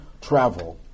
travel